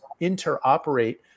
interoperate